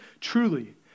Truly